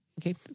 Okay